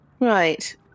Right